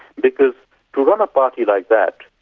because to run a party like that,